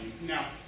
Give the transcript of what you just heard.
now